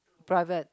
private